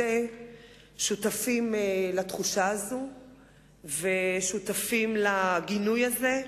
שותפים לתחושה הזאת ושותפים לגינוי הזה.